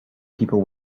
people